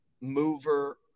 Mover